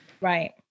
Right